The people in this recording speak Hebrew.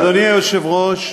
אדוני היושב-ראש,